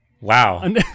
Wow